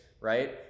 right